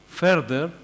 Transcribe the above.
further